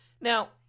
Now